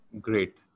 Great